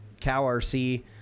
CowRC